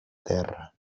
terra